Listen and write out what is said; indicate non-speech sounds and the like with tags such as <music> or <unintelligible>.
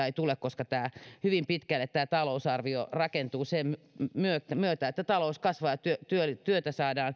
<unintelligible> ei tule koska <unintelligible> <unintelligible> <unintelligible> hyvin pitkälle tämä talousarvio rakentuu sen myötä myötä että talous kasvaa ja saadaan <unintelligible>